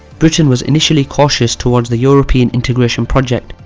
britain was initially cautious towards the european integration project,